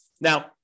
Now